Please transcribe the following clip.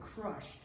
crushed